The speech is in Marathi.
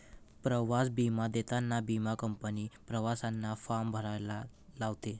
प्रवास विमा देताना विमा कंपनी प्रवाशांना फॉर्म भरायला लावते